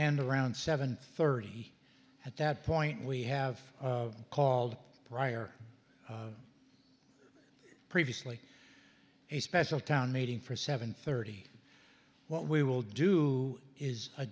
and around seven thirty at that point we have called prior previously a special town meeting for seven thirty what we will do is a